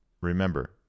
Remember